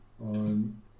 on